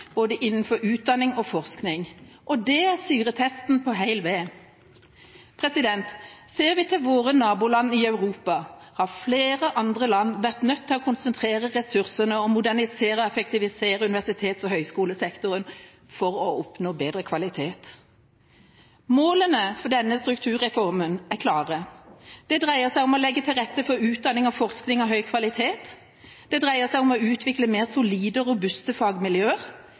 både utdanning og forskning. Det er syretesten på hel ved. Ser vi til våre naboland i Europa, har flere andre land vært nødt til å konsentrere ressursene og modernisere og effektivisere universitets- og høyskolesektoren for å oppnå bedre kvalitet. Målene for denne strukturreformen er klare. Det dreier seg om å legge til rette for utdanning og forskning av høy kvalitet. Det dreier seg om å utvikle mer solide og robuste fagmiljøer.